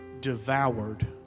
devoured